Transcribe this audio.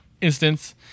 instance